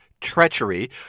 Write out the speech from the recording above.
treachery